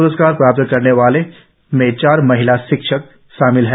प्रस्कार प्राप्त करने वालों में चार महिला शिक्षक भी शामिल है